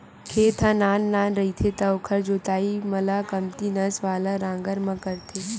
खेत ह नान नान रहिथे त ओखर जोतई ल कमती नस वाला नांगर म करथे